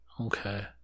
Okay